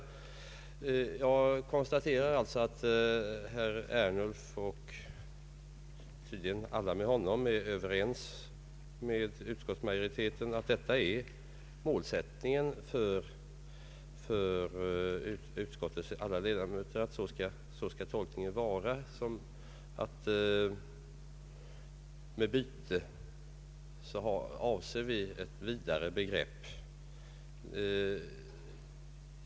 Jag konstaterar alltså att herr Ernulf och tydligen alla med honom är överens med utskottsmajoriteten om att detta är målsättningen för utskottets alla ledamöter, att bestämmelsen skall tolkas så att med byte avses ett vidare begrepp.